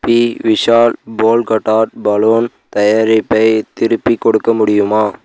B Vishal polka dot balloon தயாரிப்பை திருப்பிக் கொடுக்க முடியுமா